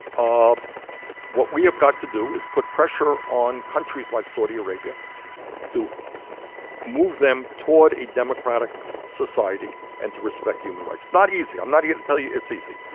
ah what we have got to do is put pressure on countries like saudi arabia to move them toward a democratic society and to respect human rights. it's not easy. i'm not here to tell you it's easy.